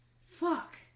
fuck